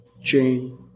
Jane